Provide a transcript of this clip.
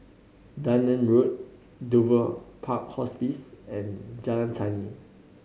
Dunearn Road Dover Park Hospice and Jalan Tani